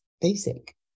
basic